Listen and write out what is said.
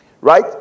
Right